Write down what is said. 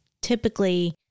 typically